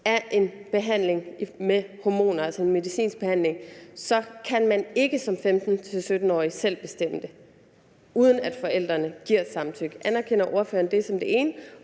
af en behandling med hormoner, altså en medicinsk behandling, så kan man ikke som 15-17-årig selv bestemme det, uden at forældrene giver samtykke? Anerkender ordføreren det som det ene?